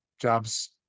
jobs